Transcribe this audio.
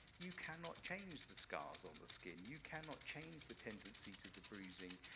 you cannot change the scars on the skin. you cannot change the tendency to the bruising.